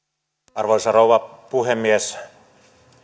arvoisa rouva puhemies